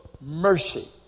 mercy